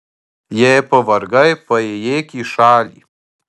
jei pavargai paėjėk į šalį